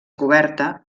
coberta